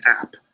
app